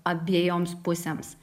abejoms pusėms